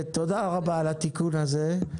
תודה רבה על התיקון הזה.